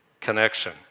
connection